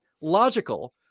logical